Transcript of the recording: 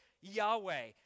Yahweh